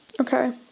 Okay